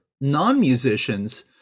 non-musicians